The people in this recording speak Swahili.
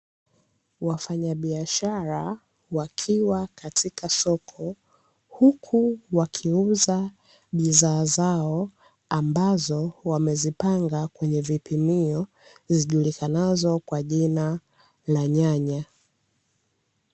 Wafanyabiashara wakiwa katika soko, huku wakiuza bidhaa zao ambazo wamezipanga kwenye vipimio, zijulikanazo kwa jina la nyanya.